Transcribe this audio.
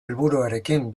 helburuarekin